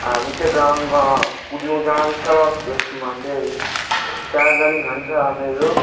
हामी चाहिँ ग्राउन्डमा कुद्नु जान्छ त्यसमा चाहिँ चार रनिङ हान्छ हामीहरू